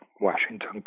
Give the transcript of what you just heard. Washington